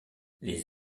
les